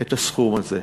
את הסכום הזה?